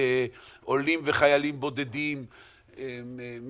עולים וחיילים בודדים,